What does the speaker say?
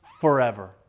forever